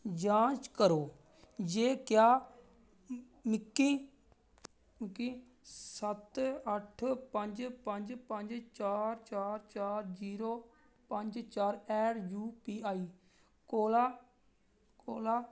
जांच करो जे क्या मिकी सत्त अट्ठ पंज पंज पंज चार चार चार जीरो पंज चार ऐट दी रेट यूपीआई कोला कोला